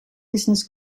business